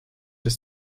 des